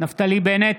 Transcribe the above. נפתלי בנט,